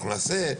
אנחנו נעשה,